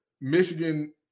Michigan